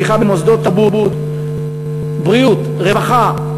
תמיכה במוסדות תרבות, בריאות, רווחה,